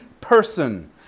person